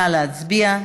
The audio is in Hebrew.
נא להצביע.